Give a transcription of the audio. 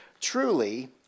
truly